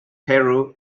peru